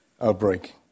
outbreak